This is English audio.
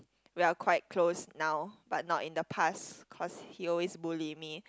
we are quite close now but not in the past cause he always bully me